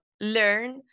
learn